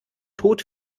tod